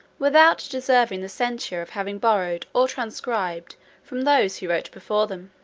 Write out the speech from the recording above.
without deserving the censure of having borrowed or transcribed from those who wrote before them.